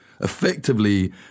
Effectively